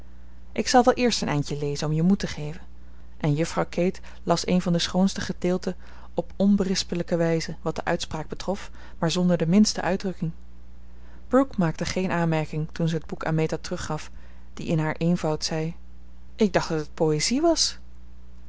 ik zal wel eerst een eindje lezen om je moed te geven en juffrouw kate las een van de schoonste gedeelten op onberispelijke wijze wat de uitspraak betrof maar zonder de minste uitdrukking brooke maakte geen aanmerking toen ze het boek aan meta teruggaf die in haar eenvoud zei ik dacht dat het poëzie was